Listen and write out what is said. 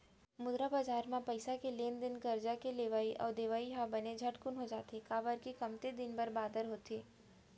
मुद्रा बजार म पइसा के लेन देन करजा के लेवई अउ देवई ह बने झटकून हो जाथे, काबर के कमती दिन बादर बर होथे